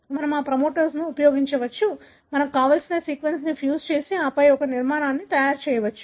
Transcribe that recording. మనము ఆ ప్రమోటర్ని ఉపయోగించవచ్చు మనకు కావలసిన సీక్వెన్స్కి ఫ్యూజ్ చేసి ఆపై ఒక నిర్మాణాన్ని తయారు చేయవచ్చు